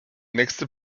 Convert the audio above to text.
nächste